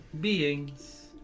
beings